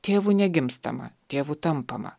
tėvu negimstama tėvu tampama